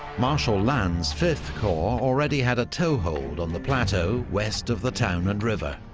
marshal lannes' v corps already had a toehold on the plateau west of the town and river.